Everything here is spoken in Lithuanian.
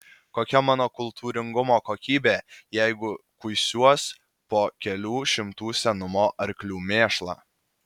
kokia mano kultūringumo kokybė jeigu kuisiuos po kelių šimtų senumo arklių mėšlą